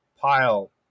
Pile